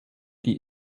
die